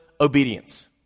obedience